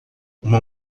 uma